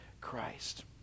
Christ